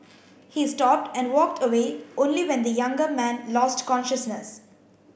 he stopped and walked away only when the younger man lost consciousness